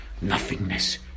Nothingness